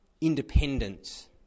independence